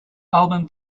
album